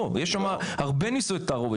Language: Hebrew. לא, יש שם הרבה נישואי תערובת.